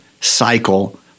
cycle